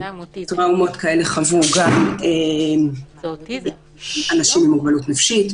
טראומות כאלה חוו גם אנשים עם מוגבלות נפשית,